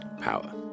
power